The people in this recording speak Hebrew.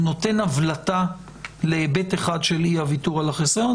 הוא נותן הבלטה להיבט אחד של אי ויתור על החיסיון,